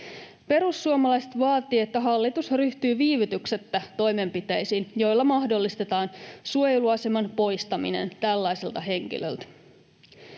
Perussuomalaiset vaativat, että hallitus ryhtyy viivytyksettä toimenpiteisiin, joilla mahdollistetaan suojeluaseman poistaminen tällaiselta henkilöltä.